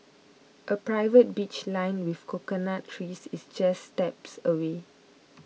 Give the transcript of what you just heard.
a private beach lined with coconut trees is just steps away